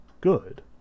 good